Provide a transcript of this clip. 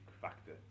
factor